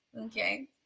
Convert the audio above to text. okay